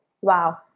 Wow